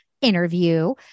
interview